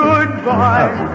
Goodbye